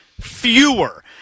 fewer